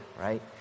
right